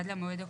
עד למועד הקובע,